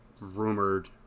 rumored